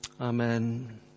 Amen